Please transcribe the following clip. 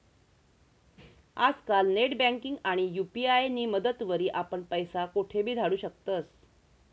आजकाल नेटबँकिंग आणि यु.पी.आय नी मदतवरी आपण पैसा कोठेबी धाडू शकतस